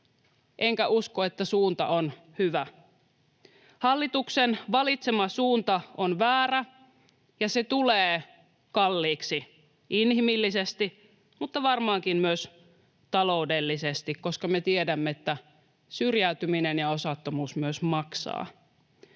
enkä usko, että suunta on hyvä. Hallituksen valitsema suunta on väärä, ja se tulee kalliiksi inhimillisesti mutta varmaankin myös taloudellisesti, koska me tiedämme, että syrjäytyminen ja osattomuus myös maksavat.